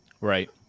Right